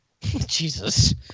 Jesus